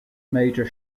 major